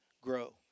grow